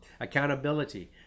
Accountability